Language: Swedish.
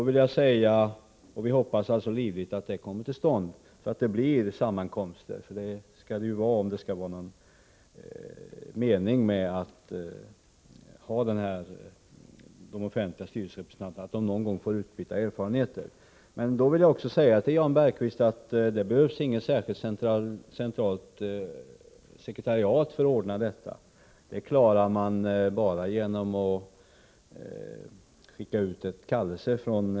Vi hoppas livligt att sådana sammankomster kommer till stånd. De offentliga styrelserepresentanterna måste någon gång få utbyta erfarenheter. Jag vill emellertid säga till Jan Bergqvist att det inte behövs något särskilt centralt sekretariat för att ordna detta. Det räcker med att departementet skickar ut kallelser.